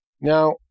Now